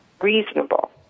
reasonable